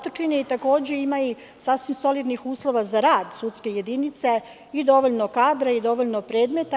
Takođe ima i sasvim solidnih uslova za rad sudske jedinice i dovoljno kadra i predmeta.